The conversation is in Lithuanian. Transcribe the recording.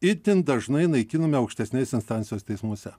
itin dažnai naikinami aukštesnės instancijos teismuose